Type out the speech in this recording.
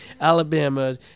Alabama